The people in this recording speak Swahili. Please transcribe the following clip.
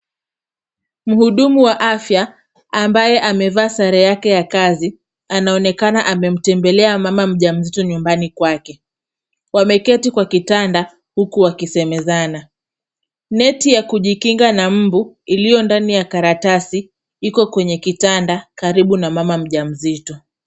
Mhudumu wa afya ambaye amevaa sare yake ya kazi, anaonekana amemtembelea mama mjamzito nyumbani kwake. Wameketi kwa kitanda, huku wakisemezana. Net ya kujikinga na mbu, iliyo ndani ya karatasi, iko kwenye kitanda, karibu na mama mjamzito.